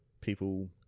people